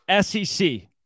SEC